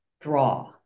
draw